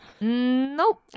Nope